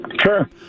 Sure